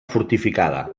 fortificada